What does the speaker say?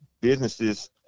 businesses